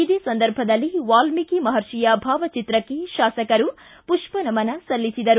ಇದೇ ಸಂದರ್ಭದಲ್ಲಿ ವಾಲ್ಮೀಕಿ ಮಹರ್ಷಿಯ ಭಾವಚಿತ್ರಕ್ಕೆ ಶಾಸಕರು ಪುಪ್ಪನಮನ ಸಲ್ಲಿಸಿದರು